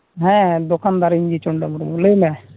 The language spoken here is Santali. ᱦᱮᱸ ᱫᱚᱠᱟᱱᱫᱟᱨ ᱤᱧᱜᱮ ᱪᱩᱱᱰᱟᱹ ᱢᱩᱨᱢᱩ ᱞᱟᱹᱭᱢᱮ